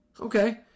Okay